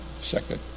second